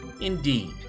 Indeed